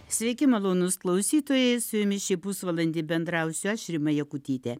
sveiki malonūs klausytojai su jumis šį pusvalandį bendrausiu aš rima jakutytė